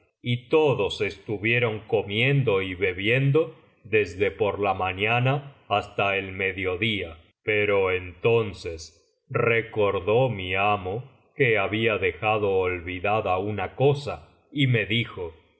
y tocios estuvieron comiendo y bebiendo desde por la mañana hasta el mediodía pero entonces recordó mi amo que había dejado olvidada una cosa y me dijo oh